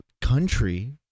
country